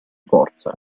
forza